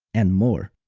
and more.